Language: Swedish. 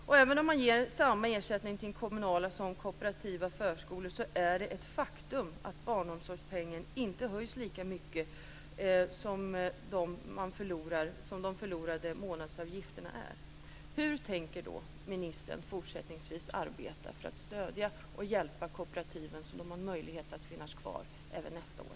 Och även om man ger samma ersättning till kommunala som till kooperativa förskolor, är det ett faktum att höjningen av barnomsorgspengen inte är så stor att den motsvarar de förlorade månadsavgifterna. Hur tänker då ministern fortsättningsvis arbeta för att stödja och hjälpa kooperativen, så att de får möjlighet att finnas kvar även nästa år?